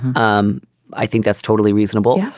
um i think that's totally reasonable.